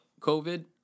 COVID